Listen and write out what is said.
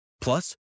Plus